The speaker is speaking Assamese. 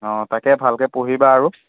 অঁ তাকে ভালকৈ পঢ়িবা আৰু